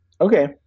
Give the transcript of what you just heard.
Okay